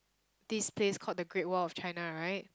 this place called the Great-Wall-of-China right